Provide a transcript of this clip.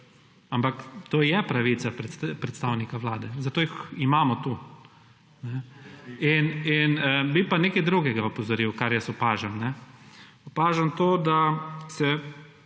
Ampak to je pravica, predstavnika Vlade, zato jih imamo tukaj. In bi pa nekaj drugega opozoril, kar jaz opažam. Opažam to, da se